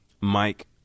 Mike